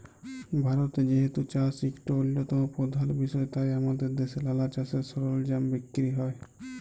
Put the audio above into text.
ভারতে যেহেতু চাষ ইকট অল্যতম পরধাল বিষয় তাই আমাদের দ্যাশে লালা চাষের সরলজাম বিক্কিরি হ্যয়